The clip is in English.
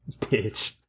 bitch